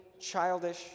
childish